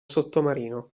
sottomarino